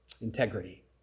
Integrity